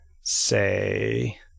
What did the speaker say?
say